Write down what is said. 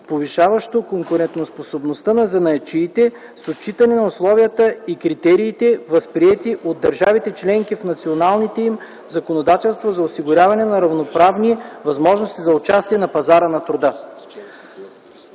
повишаващо конкурентоспособността на занаятчиите, с отчитане на условията и критериите, възприети от държавите членки в националните им законодателства за осигуряване на равноправни възможности за участие на пазара на труда.